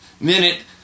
minute